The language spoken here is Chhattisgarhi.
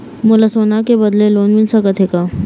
मोला सोना के बदले लोन मिल सकथे का?